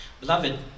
beloved